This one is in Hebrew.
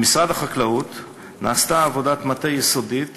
במשרד החקלאות נעשתה עבודת מטה יסודית